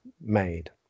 made